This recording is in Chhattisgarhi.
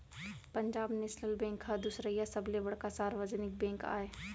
पंजाब नेसनल बेंक ह दुसरइया सबले बड़का सार्वजनिक बेंक आय